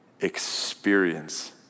experience